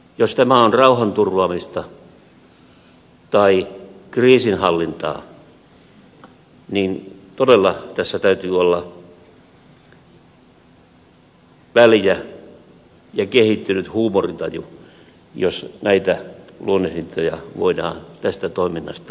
jos tämä on rauhanturvaamista tai kriisinhallintaa niin todella tässä täytyy olla väljä ja kehittynyt huumorintaju jos näitä luonnehdintoja voidaan tästä toiminnasta käyttää